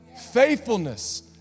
Faithfulness